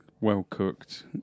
well-cooked